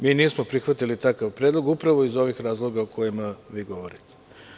Mi nismo prihvatili takav predlog upravo iz ovih razloga o kojima vi govorite.